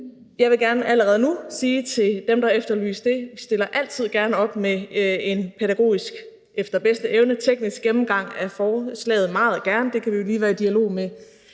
Jeg vil gerne allerede nu sige til dem, der efterlyste det, at vi altid gerne stiller op med en pædagogisk og efter bedste evne teknisk gennemgang af forslaget, meget gerne. Det kan vi jo lige være i dialog med